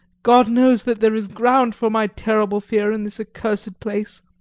god knows that there is ground for my terrible fear in this accursed place!